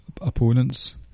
opponent's